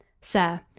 sir